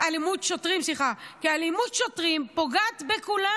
כי אלימות שוטרים פוגעת בכולם.